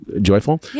joyful